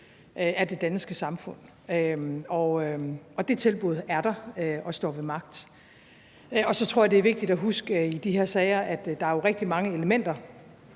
af det danske samfund. Det tilbud er der og står ved magt. Så tror jeg, det er vigtigt at huske i de her sager, at der jo er rigtig mange elementer